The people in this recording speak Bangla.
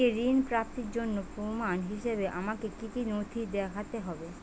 একটি ঋণ প্রাপ্তির জন্য প্রমাণ হিসাবে আমাকে কী কী নথি দেখাতে হবে?